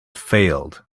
failed